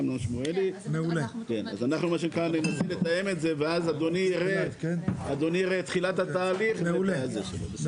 אנחנו ננסה לתאם את זה ואז אדוני יראה את תחילת התהליך וההמשך שלו.